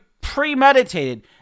premeditated